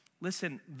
Listen